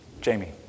Jamie